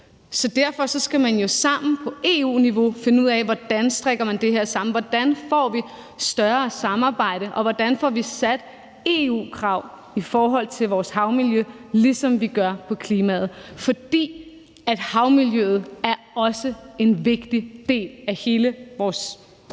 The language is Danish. Så derfor skal man jo sammen på EU-niveau finde ud af, hvordan man strikker det her sammen. Hvordan får vi et større samarbejde, og hvordan får vi sat EU-krav i forhold til vores havmiljø, ligesom vi gør med klimaet? For havmiljøet er også en vigtig del af hele vores